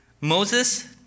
Moses